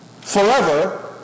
forever